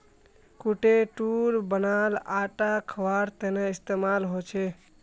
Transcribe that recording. कुट्टूर बनाल आटा खवार तने इस्तेमाल होचे